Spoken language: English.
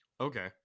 Okay